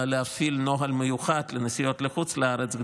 ראש הממשלה נאלץ להפעיל נוהל מיוחד לנסיעות לחוץ לארץ,